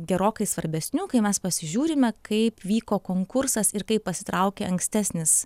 gerokai svarbesniu kai mes pasižiūrime kaip vyko konkursas ir kaip pasitraukė ankstesnis